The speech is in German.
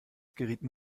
gerieten